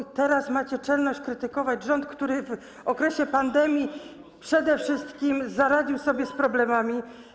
I teraz macie czelność krytykować rząd, który w okresie pandemii przede wszystkim poradził sobie z problemami.